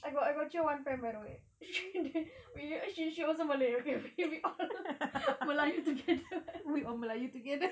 I got I got jio one friend she she also malay okay we all melayu together